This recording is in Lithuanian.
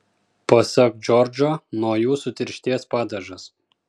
pasak džordžo nuo jų sutirštės padažas